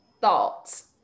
thoughts